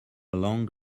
long